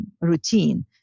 routine